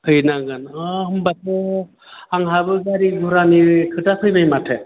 हैनांगोन होनबाथ' आंहाबो गारि घरानि खोथा फैबाय माथो